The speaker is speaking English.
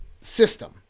system